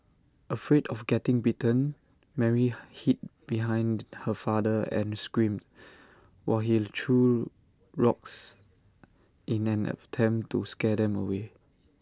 afraid of getting bitten Mary hid behind her father and screamed while he threw rocks in an attempt to scare them away